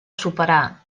superar